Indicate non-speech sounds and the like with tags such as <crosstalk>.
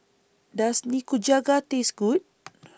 Does Nikujaga Taste Good <noise>